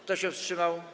Kto się wstrzymał?